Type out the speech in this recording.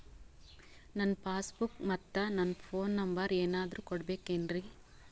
ನನ್ನ passbook ಮತ್ ನನ್ನ ಫೋನ್ ನಂಬರ್ ಏನಾದ್ರು ಕೊಡಬೇಕೆನ್ರಿ?